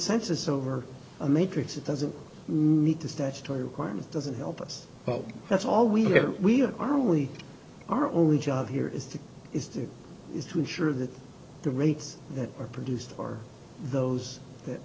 concensus over a matrix it doesn't meet the statutory requirement doesn't help us but that's all we have we are really our only job here is to is to is to ensure that the rates that are produced are those that